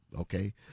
Okay